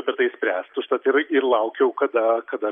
apie tai spręst užtat ir ir laukiau kada kada